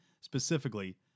specifically